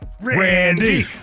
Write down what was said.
Randy